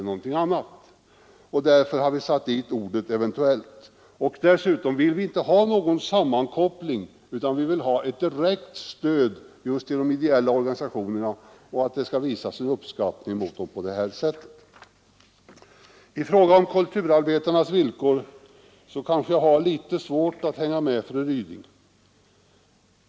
Dessutom vill vi inte ha någon sammankoppling utan ett direkt stöd just till de ideella organisationerna. Vi skall visa vår uppskattning på detta sätt. I fråga om kulturarbetarnas villkor har jag svårt att hänga med fru Ryding.